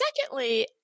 secondly